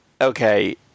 okay